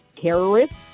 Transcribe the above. terrorists